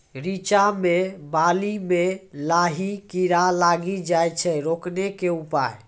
रिचा मे बाली मैं लाही कीड़ा लागी जाए छै रोकने के उपाय?